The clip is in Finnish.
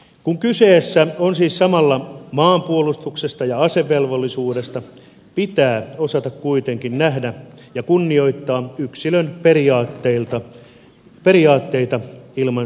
kun kyse siis on samalla maanpuolustuksesta ja asevelvollisuudesta pitää osata kuitenkin nähdä ja kunnioittaa yksilön periaatteita ilman syyllistämistä